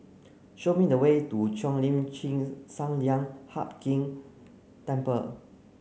show me the way to Cheo Lim Chin Sun Lian Hup Keng Temple